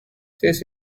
this